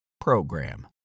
PROGRAM